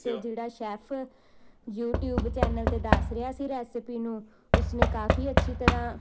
ਅਤੇ ਜਿਹੜਾ chef YouTube channel 'ਤੇ ਦੱਸ ਰਿਹਾ ਸੀ ਰੈਸਪੀ ਨੂੰ ਉਸਨੇ ਕਾਫੀ ਅੱਛੀ ਤਰ੍ਹਾਂ